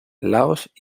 laos